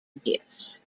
gifts